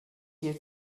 here